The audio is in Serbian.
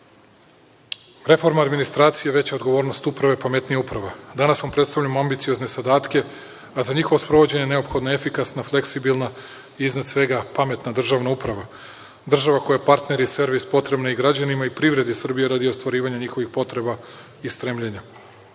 građana. Reforma administracije, veća odgovornost uprave, pametnija uprava. Danas vam predstavljamo ambiciozne zadatke, a za njihovo sprovođenje neophodna je efikasna, fleksibilna i iznad svega, pametna državna uprava. Država koja je i partner i servis potrebna je i građanima i privredi Srbije radi ostvarivanja njihovih potreba i stremljenja.Za